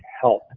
help